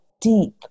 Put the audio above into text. deep